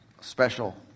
special